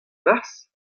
barzh